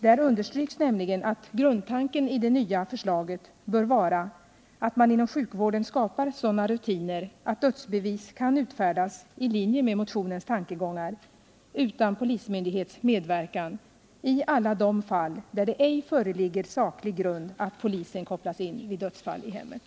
Där understryks nämligen att grundtanken i det nya förslaget bör vara att man inom sjukvården skapar sådana rutiner att dödsbevis kan utfärdas i linje med motionens tankegångar utan polismyndighets medverkan i alla de fall där det ej föreligger saklig grund för att polisen kopplas in vid dödsfall i hemmet.